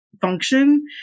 function